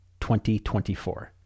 2024